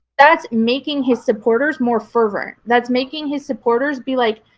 that's making his supporters more fervent, that's making his supporters be like,